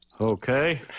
Okay